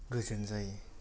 गोजोन जायो